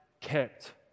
kept